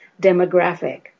demographic